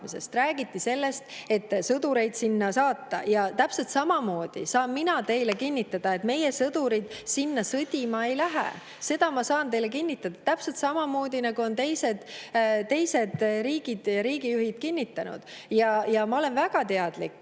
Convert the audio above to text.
räägiti sellest, et sõdureid sinna saata. Täpselt samamoodi saan mina teile kinnitada, et meie sõdurid sinna sõdima ei lähe. Seda ma saan teile kinnitada – täpselt samamoodi, nagu on teised riigijuhid kinnitanud. Ja ma olen väga teadlik